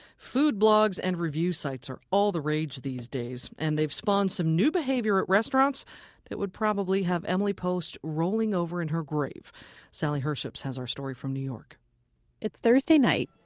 food blogs and review sites are all the rage these days. and they've spawned some new behavior at restaurants that would probably have emily post rolling over in her grave sally herships has our story from new york it's thursday night.